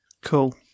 Cool